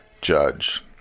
judge